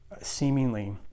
seemingly